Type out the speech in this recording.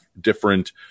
different